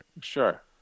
Sure